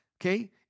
okay